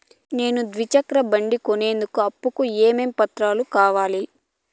నేను ద్విచక్ర బండి కొనేందుకు అప్పు కు ఏమేమి పత్రాలు కావాలి?